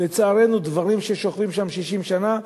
דברים ששוכבים שם 60 שנה,